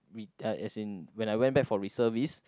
re~ as in when I went back for reservist